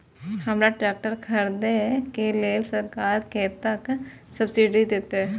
हमरा ट्रैक्टर खरदे के लेल सरकार कतेक सब्सीडी देते?